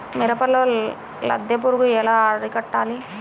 మిరపలో లద్దె పురుగు ఎలా అరికట్టాలి?